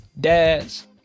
dads